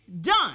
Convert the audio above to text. done